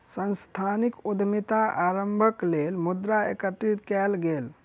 सांस्थानिक उद्यमिता आरम्भक लेल मुद्रा एकत्रित कएल गेल